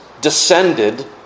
descended